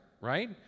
right